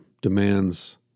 demands